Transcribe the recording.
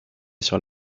sur